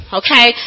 okay